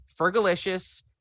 Fergalicious